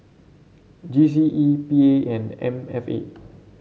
G C E P A and M F A